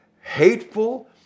hateful